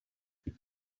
think